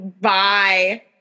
bye